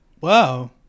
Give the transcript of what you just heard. Wow